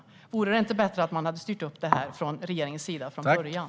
Hade det inte varit bättre om regeringen hade styrt upp detta från början?